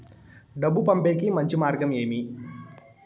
డబ్బు పంపేకి మంచి మార్గం ఏమి